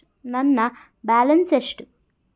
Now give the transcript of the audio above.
ನನ್ನ ಬ್ಯಾಲೆನ್ಸ್ ಎಷ್ಟು?